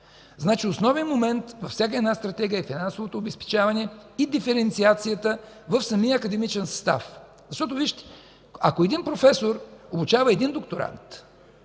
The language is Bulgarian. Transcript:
Значи основен момент във всяка една стратегия е финансовото обезпечаване и диференциацията в самия академичен състав. Защото ако един професор обучава един докторант